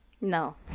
No